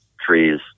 trees